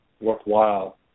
worthwhile